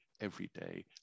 everyday